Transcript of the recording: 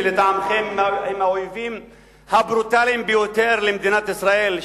שלטעמכם הם האויבים הברוטליים ביותר של מדינת ישראל,